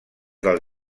del